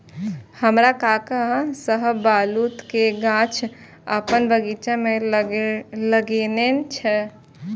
हमर काका शाहबलूत के गाछ अपन बगीचा मे लगेने छै